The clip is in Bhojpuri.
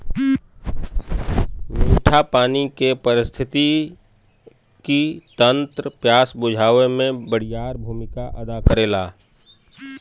मीठा पानी के पारिस्थितिकी तंत्र प्यास बुझावे में बड़ियार भूमिका अदा करेला